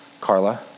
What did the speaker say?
Carla